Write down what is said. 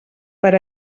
per